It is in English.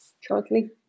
shortly